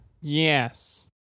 Yes